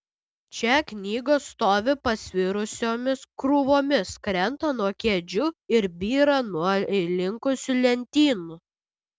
čia knygos stovi pasvirusiomis krūvomis krenta nuo kėdžių ir byra nuo įlinkusių lentynų